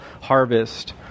harvest